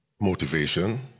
motivation